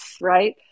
right